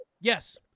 yes